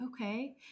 Okay